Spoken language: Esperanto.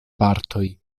partoj